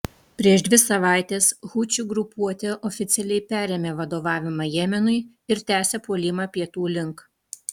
prieš dvi savaites hučių grupuotė oficialiai perėmė vadovavimą jemenui ir tęsia puolimą pietų link